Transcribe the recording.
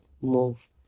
move